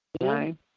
Nine